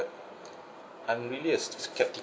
I'm really a skeptical